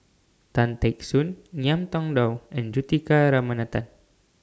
Tan Teck Soon Ngiam Tong Dow and Juthika Ramanathan